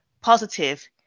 positive